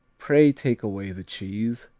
pray take away the cheese